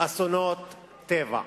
אסונות טבע.